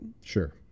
Sure